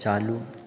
चालू